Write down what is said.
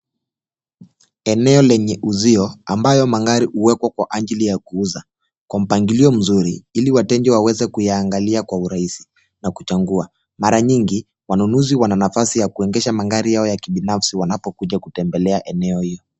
Eneo lenye uzio ambayo magari huwekwa kwa ajili ya kuuza, kwa mpangilio mzuri ili wateja waweze kuyaangalia kwa urahisi na kuchagua. Mara nyingi, wanunuzi wana nafasi ya kuegesha magari yao ya kibinafsi wanapokuja kutembelea eneo hio.